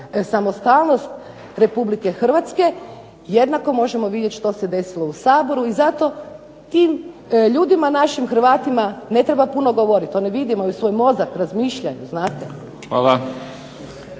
samostalnost Republike Hrvatske jednako možemo vidjeti što se desilo u Saboru i zato tim ljudima našim Hrvatima ne treba puno govoriti. Oni vide, imaju svoj mozak, razmišljanje, znate.